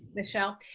michelle,